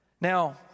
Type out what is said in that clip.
now